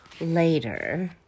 later